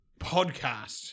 podcast